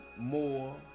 more